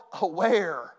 aware